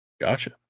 Gotcha